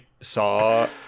saw